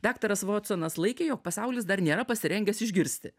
daktaras votsonas laikė jog pasaulis dar nėra pasirengęs išgirsti